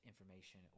information